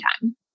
time